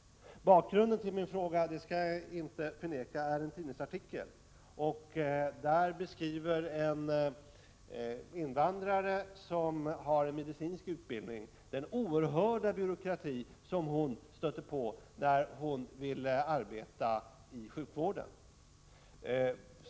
Bakgrunden till min fråga, det skall jag inte förneka, är en tidningsartikel. Där beskriver en invandrare som har medicinsk utbildning den oerhörda 29 byråkrati som hon stötte på när hon ville arbeta i sjukvården.